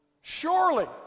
Surely